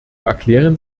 erklären